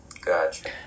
Gotcha